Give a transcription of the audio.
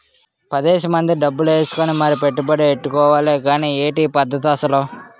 పదేసి మంది డబ్బులు ఏసుకుని మరీ పెట్టుబడి ఎట్టుకోవాలి గానీ ఏటి ఈ పద్దతి అసలు?